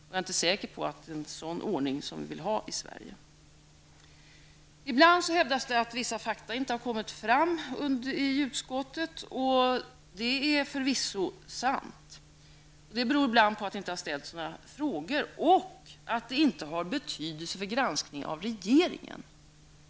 Jag är inte säker på att det är en sådan ordning som vi vill ha i Ibland hävdas det att vissa fakta inte har kommit fram i utskottet, och det är förvisso sant. Det beror ibland på att det inte har ställts några frågor och att det inte har betydelse för granskningen av regeringen.